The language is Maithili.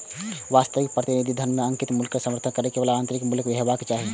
वास्तविक प्रतिनिधि धन मे अंकित मूल्यक समर्थन करै बला आंतरिक मूल्य हेबाक चाही